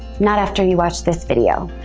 not after you watch this video.